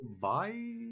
Bye